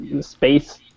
space